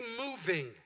moving